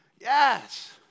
Yes